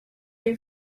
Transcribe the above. you